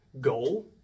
goal